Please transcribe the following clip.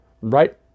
right